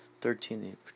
Thirteen